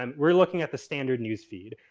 um we're looking at the standard newsfeed.